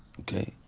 okay?